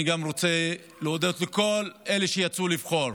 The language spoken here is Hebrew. אני גם רוצה להודות לכל אלה שיצאו לבחור.